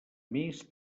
més